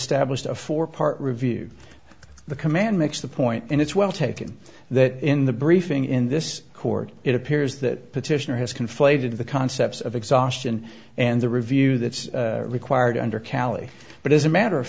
established a four part review of the command makes the point and it's well taken that in the briefing in this court it appears that petitioner has conflated the concepts of exhaustion and the review that's required under cali but as a matter of